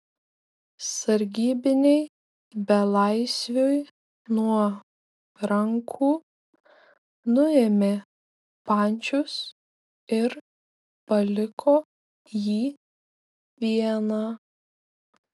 sargybiniai belaisviui nuo rankų nuėmė pančius ir paliko jį vieną